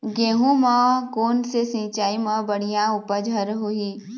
गेहूं म कोन से सिचाई म बड़िया उपज हर होही?